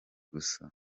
gusa